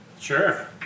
Sure